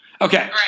Okay